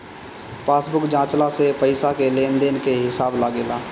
passbook जाँचला से पईसा के लेन देन के हिसाब लागेला